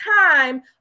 time